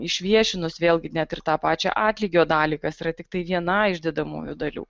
išviešinus vėlgi net ir tą pačią atlygio dalį kas yra tiktai viena iš dedamųjų dalių